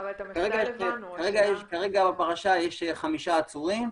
כרגע בפרשה יש חמישה עצורים,